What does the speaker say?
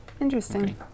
Interesting